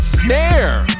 snare